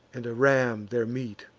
and a ram their meat.